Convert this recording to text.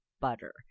butter